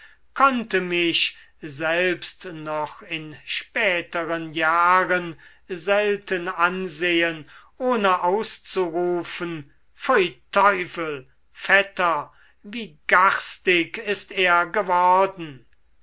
konnte mich selbst noch in späteren jahren selten ansehen ohne auszurufen pfui teufel vetter wie garstig ist er geworden